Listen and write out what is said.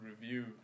review